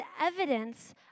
evidence